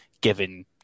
given